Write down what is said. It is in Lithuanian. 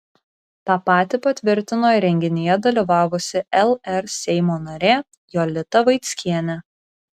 tą patį patvirtino ir renginyje dalyvavusi lr seimo narė jolita vaickienė